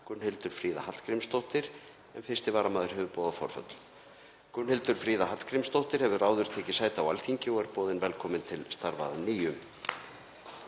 Gunnhildur Fríða Hallgrímsdóttir, en 1. varamaður hefur boðað forföll. Gunnhildur Fríða Hallgrímsdóttir hefur áður tekið sæti á Alþingi og er boðin velkomin til starfa að nýju.